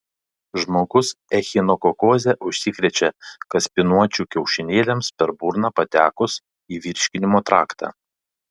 žmogus echinokokoze užsikrečia kaspinuočių kiaušinėliams per burną patekus į virškinimo traktą